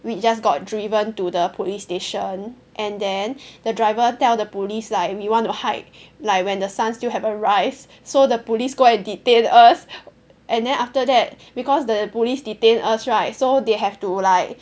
we just got driven to the police station and then the driver tell the police like we want to hike like when the sun still haven't rise so the police go and detain us and then after that because the police detain us right so they have to like